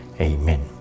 Amen